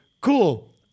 cool